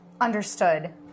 Understood